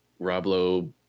Roblo